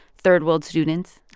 third-world students,